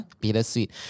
Bittersweet